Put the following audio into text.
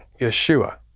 Yeshua